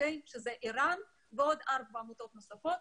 כמו ער"ן וארבע עמותות נוספות,